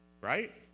Right